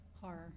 Horror